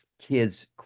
kids